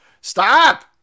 Stop